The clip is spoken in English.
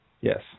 Yes